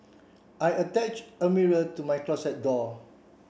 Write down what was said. I attach a mirror to my closet door